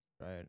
Right